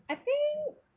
I think